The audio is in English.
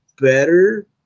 better